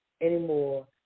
anymore